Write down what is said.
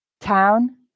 Town